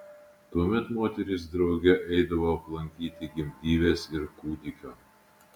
tuomet moterys drauge eidavo aplankyti gimdyvės ir kūdikio